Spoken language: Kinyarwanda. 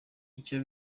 icyo